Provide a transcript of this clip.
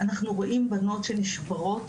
אנחנו רואים בנות שנשברות,